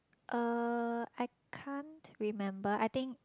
uh I can't remember I think